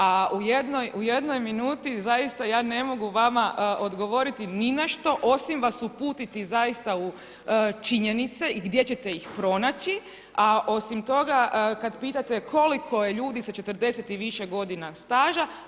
A u jednoj minute zaista ja ne mogu vama odgovoriti ni na što, osim vas uputiti zaista u činjenice i gdje ćete ih pronaći, a osim toga kad pitate koliko je ljudi sa 40 i više godina staža.